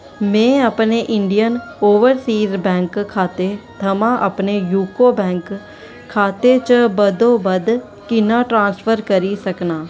मैं अपने Indian Overseas bank खाते थमां अपने यूको बैंक खाते च बद्धोबद्ध किन्ना ट्रांसफर करी सकनां